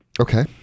Okay